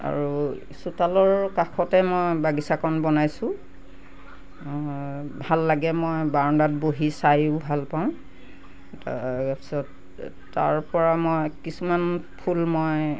আৰু চোতালৰ কাষতে মই বাগিচাকণ বনাইছোঁ ভাল লাগে মই বাৰাণ্ডাত বহি চায়ো ভালপাওঁ তাৰপিছত তাৰপৰা মই কিছুমান ফুল মই